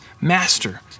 Master